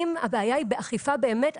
אם הבעיה היא באכיפה באמת,